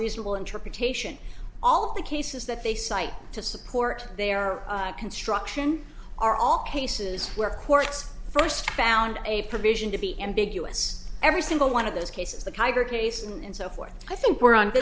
reasonable interpretation all of the cases that they cite to support they are construction are all cases where courts first found a provision to be ambiguous every single one of those cases the tiger case and so forth i think we're on the